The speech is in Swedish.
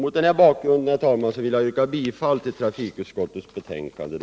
Mot denna bakgrund yrkar jag bifall till trafikutskottets hemställan.